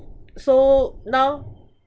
so now